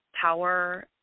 Power